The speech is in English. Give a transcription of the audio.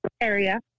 area